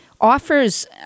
offers